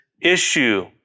issue